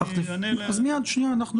שנה מגיעים